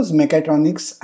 mechatronics